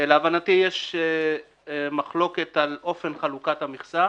להבנתי, יש מחלוקת על אופן חלוקת המכסה.